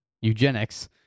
eugenics